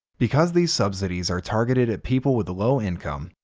because these subsidies are targeted at people with low income,